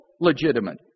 legitimate